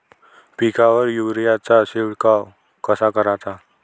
पिकावर युरीया चा शिडकाव कसा कराचा?